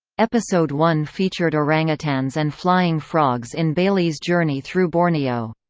episode one featured orangutans and flying frogs in bailey's journey through borneo.